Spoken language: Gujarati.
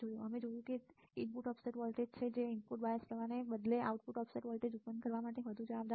અમે જોયું છે કે તે ઇનપુટ ઓફસેટ વોલ્ટેજ છે જે ઇનપુટ બાયસ પ્રવાહને બદલે આઉટપુટ ઓફસેટ વોલ્ટેજ ઉત્પન્ન કરવા માટે વધુ જવાબદાર છે